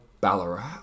Ballarat